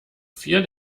vier